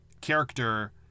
character